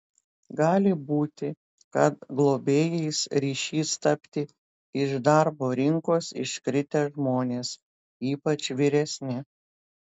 gali būti kad globėjais ryšis tapti iš darbo rinkos iškritę žmonės ypač vyresni